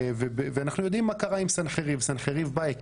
ואנחנו יודעים מה קרה עם סנחריב הוא בא,